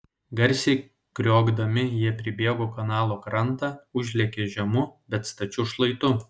garsiai kriokdami jie pribėgo kanalo krantą užlėkė žemu bet stačiu šlaitu